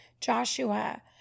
Joshua